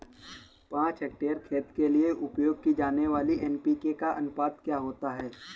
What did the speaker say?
पाँच हेक्टेयर खेत के लिए उपयोग की जाने वाली एन.पी.के का अनुपात क्या होता है?